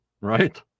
right